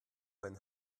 mein